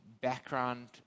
background